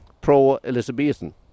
pro-Elizabethan